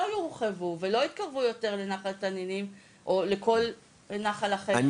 יורחבו ולא יתקרבו יותר לנחל תנינים ו/או לכל נחל אחר.